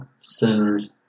centers